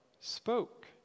spoke